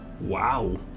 Wow